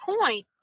point